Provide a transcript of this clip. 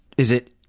is it?